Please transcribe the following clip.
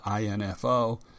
info